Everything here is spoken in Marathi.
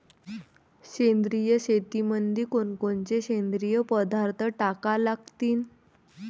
सेंद्रिय शेतीमंदी कोनकोनचे सेंद्रिय पदार्थ टाका लागतीन?